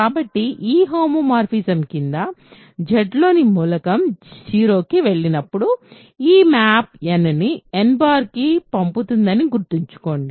కాబట్టి ఈ హోమోమార్ఫిజం కింద Z లోని మూలకం 0కి వెళ్లినప్పుడు ఈ మ్యాప్ nని n కి పంపుతుందని గుర్తుంచుకోండి